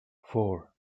four